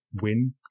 win